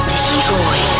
Destroy